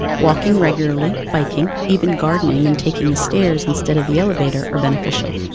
walking regularly, biking, even gardening and taking the stairs instead of the elevator are beneficial.